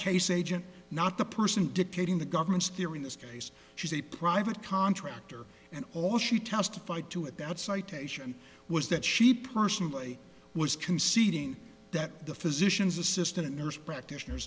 case agent not the person dictating the government's theory in this case she's a private contractor and all she testified to at that citation was that she personally was conceding that the physician's assistant nurse practitioner